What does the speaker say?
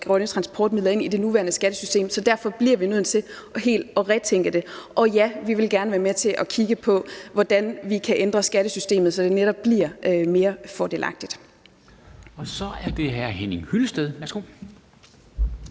grønne transportmidler ind i det nuværende skattesystem. Så derfor bliver vi nødt til helt at retænke det. Og ja, vi vil gerne være med til at kigge på, hvordan vi kan ændre skattesystemet, så det netop bliver mere fordelagtigt. Kl. 10:50 Formanden (Henrik